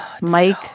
Mike